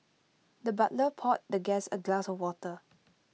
the butler poured the guest A glass of water